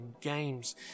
Games